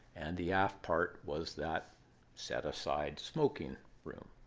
and the aft part was that set-aside smoking room.